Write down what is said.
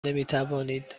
نمیتوانید